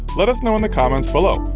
let us know in the comments below!